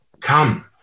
Come